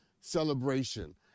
celebration